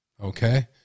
Okay